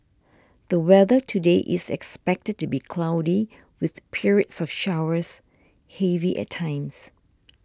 the weather today is expected to be cloudy with periods of showers heavy at times